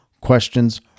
questions